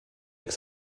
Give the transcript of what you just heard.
avec